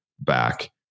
back